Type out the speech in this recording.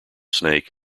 snake